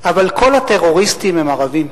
אבל כל הטרוריסטים הם ערבים.